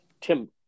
Tim